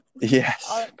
yes